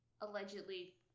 allegedly